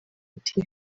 ati